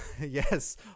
yes